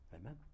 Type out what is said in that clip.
Amen